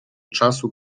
czasu